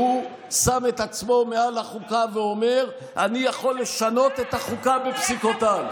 שהוא שם את עצמו מעל לחוקה ואומר: אני יכול לשנות את החוקה בפסיקותיי.